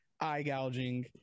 eye-gouging